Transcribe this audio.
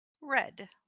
Red